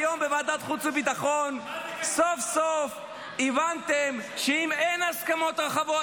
היום בוועדת החוץ והביטחון סוף-סוף הבנתם שאם אין הסכמות רחבות,